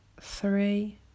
three